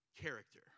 character